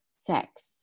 sex